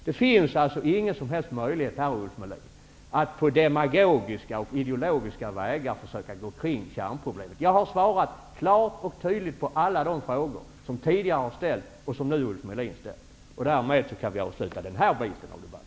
Det finns alltså ingen som helst möjlighet, Ulf Melin, att på demagogiska eller ideologiska vägar försöka kringgå kärnproblemet. Jag har svarat klart och tydligt på alla de frågor som tidigare har ställts och som Ulf Melin nu ställde. Därmed kan vi avsluta den här delen av debatten.